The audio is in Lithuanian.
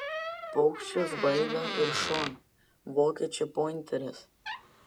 paukščius baido ir šuo vokiečių pointeris